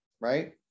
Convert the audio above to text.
right